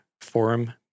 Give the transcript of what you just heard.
forum